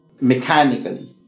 mechanically